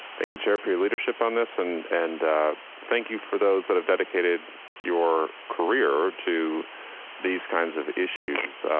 thank you chair, for your leadership on this and and thank you for those that have dedicated dedicated your career to these kinds of issues.